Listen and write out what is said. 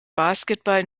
basketball